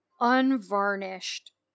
unvarnished